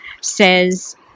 says